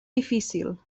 difícil